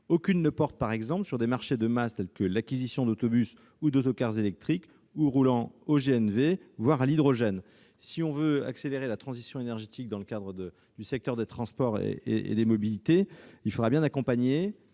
Aucune ne porte, par exemple, sur des marchés de masse, tels que l'acquisition d'autobus ou d'autocars électriques ou roulant au GNV, voire à l'hydrogène. Or si l'on veut accélérer la transition énergétique dans le secteur des transports et des mobilités, il convient d'accompagner